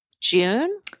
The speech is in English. june